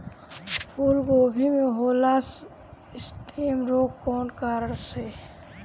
फूलगोभी में होला स्टेम रोग कौना कारण से?